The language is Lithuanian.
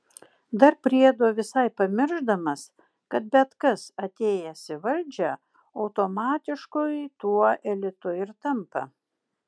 dar priedo visai pamiršdamas kad bet kas atėjęs į valdžią automatiškai tuo elitu ir tampa